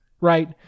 right